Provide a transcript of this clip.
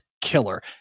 killer